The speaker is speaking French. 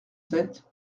sept